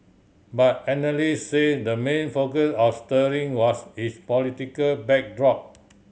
but analyst said the main focus of sterling was its political backdrop